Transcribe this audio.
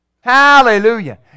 Hallelujah